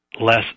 less